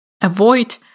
avoid